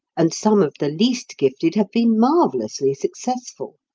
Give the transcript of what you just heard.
and some of the least gifted have been marvellously successful.